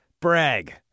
Brag